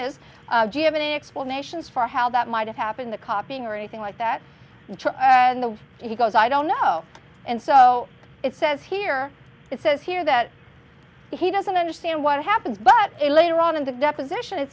is do you have any explanations for how that might happen the copying or anything like that he goes i don't know and so it says here it says here that he doesn't understand what happened but later on in the deposition